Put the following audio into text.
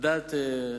"דת".